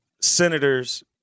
senators